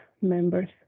members